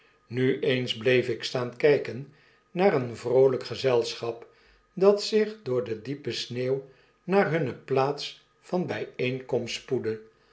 nu eens bleef ik staan kyken naar een vroolyk gezelschap dat zich door de diepe sneeuw naar hunne plaats van byeenkomst spoedde